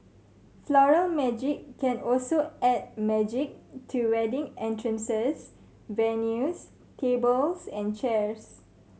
Floral Magic can also add magic to wedding entrances venues tables and chairs